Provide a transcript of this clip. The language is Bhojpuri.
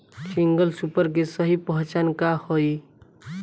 सिंगल सुपर के सही पहचान का हई?